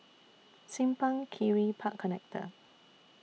Simpang Kiri Park Connector